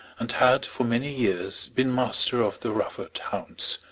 and had for many years been master of the rufford hounds.